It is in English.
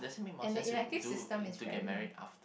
and the electives system is very